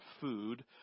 food